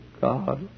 God